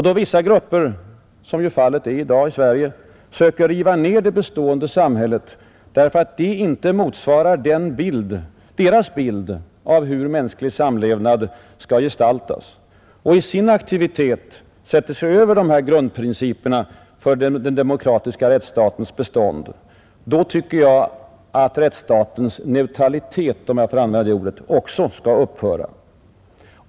Då vissa grupper, som ju fallet är i dag i Sverige, målmedvetet söker riva ner det bestående samhället, därför att det inte motsvarar deras bild av hur mänsklig samlevnad skall gestaltas, och i sin aktivitet sätter sig över dessa grundprinciper för den demokratiska rättsstatens bestånd, då tycker jag att rättsstatens neutralitet, om jag får använda det ordet, också skall upphöra.